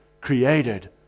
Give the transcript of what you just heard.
created